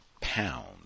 pound